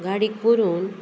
गाडी करून